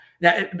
now